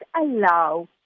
allow